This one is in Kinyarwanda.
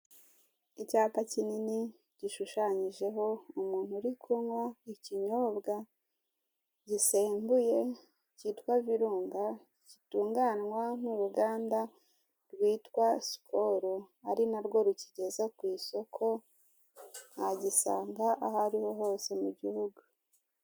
Icyapa kinini gishushanyijeho umuntu uri kunywa ikinyobwa gisembuye kitwa virunga gitunganywa n'uruganda rwitwa sikoro ari narwo rukigeza ku isoko, wagisanga aho ariho hose mu gihugu.